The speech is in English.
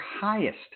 highest